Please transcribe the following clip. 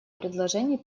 предложений